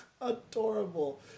Adorable